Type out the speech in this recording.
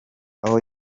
aho